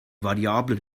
variabler